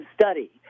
study